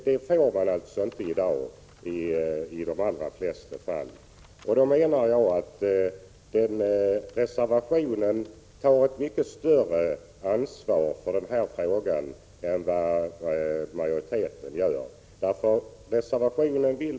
Det får de alltså inte i dag i de allra flesta fall. 10 december 1986 Reservanterna tar ett mycket större ansvar i den här frågan än vad = äm ga oo majoriteten gör.